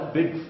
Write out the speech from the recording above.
big